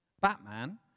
Batman